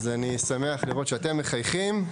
אז אני שמח לראות שאתם מחייכים.